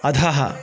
अधः